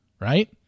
right